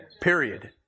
period